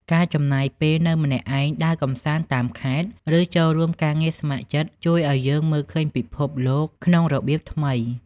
ការចំណាយពេលនៅម្នាក់ឯង ដើរកម្សាន្តតាមខេត្ត ឬចូលរួមការងារស្ម័គ្រចិត្ត ជួយឱ្យយើងមើលឃើញពិភពលោកក្នុងរបៀបថ្មី។